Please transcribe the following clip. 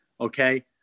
okay